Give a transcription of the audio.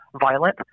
violent